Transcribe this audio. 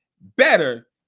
better